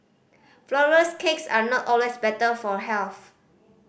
flourless cakes are not always better for health